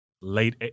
late